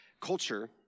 Culture